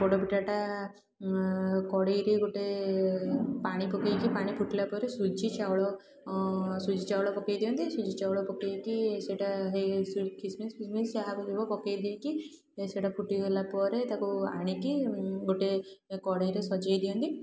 ପୋଡ଼ପିଠାଟା କଡ଼େଇରେ ଗୋଟେ ପାଣି ପକେଇକି ପାଣି ଫୁଟିଲା ପରେ ସୁଜି ଚାଉଳ ସୁଜି ଚାଉଳ ପକେଇଦିଅନ୍ତି ସୁଜି ଚାଉଳ ପକେଇକି ସେଇଟା ହେଇ ଖିସମିସ୍ ଯାହା ପକେଇବ ପକେଇଦେଇକି ସେଇଟା ଫୁଟିଗଲା ପରେ ତାକୁ ଆଣିକି ଗୋଟେ କଡ଼େଇରେ ସଜେଇ ଦିଅନ୍ତି